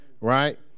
right